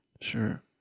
Sure